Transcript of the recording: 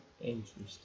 Interesting